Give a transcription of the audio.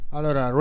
Allora